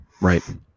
right